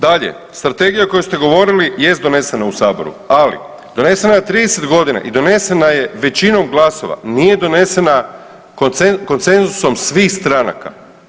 Dalje, strategija o kojoj ste govorili jest donesena u saboru ali donesena je na 30 godina i donesena je većinom glasova, nije donesena konsenzusom svih stranaka.